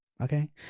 okay